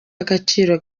agaciro